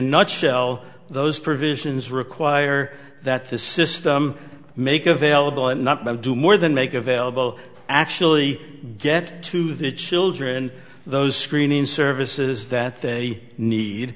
nutshell those provisions require that the system make available and not do more than make available actually get to the children those screening services that they need